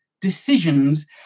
decisions